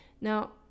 Now